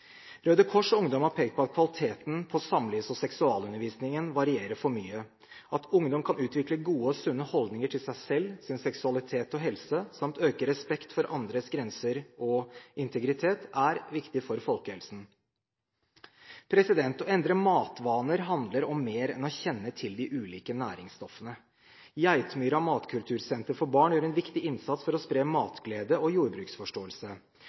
Røde Kors Ungdom har pekt på at kvaliteten på samlivs- og seksualundervisningen varierer for mye. At ungdom kan utvikle gode og sunne holdninger til seg selv, sin seksualitet og helse samt økt respekt for andres grenser og integritet, er viktig for folkehelsen. Å endre matvaner handler om mer enn å kjenne til de ulike næringsstoffene. Geitmyra matkultursenter for barn gjør en viktig innsats for å spre matglede og jordbruksforståelse.